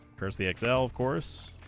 curse the excel of course